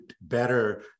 better